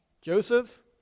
Joseph